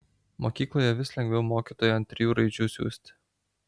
mokykloje vis lengviau mokytoją ant trijų raidžių siųsti